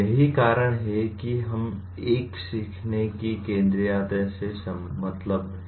यही कारण है कि हम एक सीखने की केन्द्रीयता से मतलब है